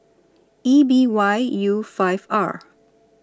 E B Y U five R